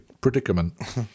predicament